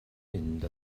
mynd